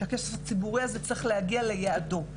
שהכסף הציבורי הזה צריך להגיע ליעדו.